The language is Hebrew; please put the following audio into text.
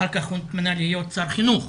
אחר כך הוא התמנה להיות שר חינוך.